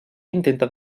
intenta